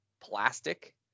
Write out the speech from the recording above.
plastic